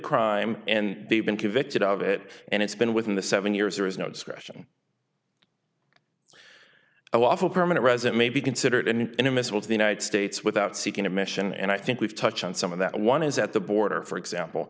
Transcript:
crime and they've been convicted of it and it's been within the seven years there is no discretion oh awful permanent resident may be considered an inimitable to the united states without seeking admission and i think we've touched on some of that one is at the border for example